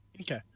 Okay